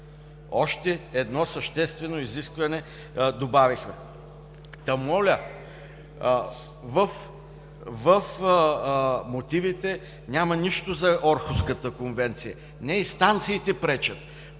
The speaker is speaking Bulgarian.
още едно съществено изискване добавихме. Моля, в мотивите няма нищо за Орхуската конвенция. Не инстанциите пречат,